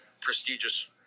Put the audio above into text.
prestigious